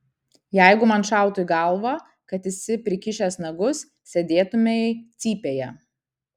jeigu man šautų į galvą kad esi prikišęs nagus sėdėtumei cypėje